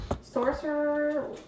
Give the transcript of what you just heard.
sorcerer